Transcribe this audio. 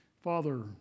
Father